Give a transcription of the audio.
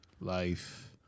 life